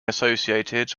associated